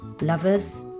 lovers